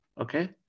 okay